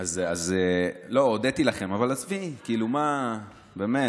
לא, עזבי, הודיתי לכם.